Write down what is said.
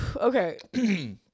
Okay